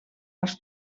als